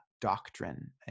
doctrine